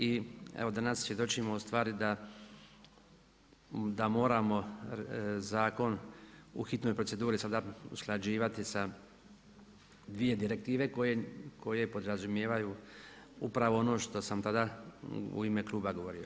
I evo danas svjedočimo ustvari da moramo zakon u hitnoj proceduri sada usklađivati sa dvije direktive koje podrazumijevaju upravo ono što sam tada u ime kluba govorio.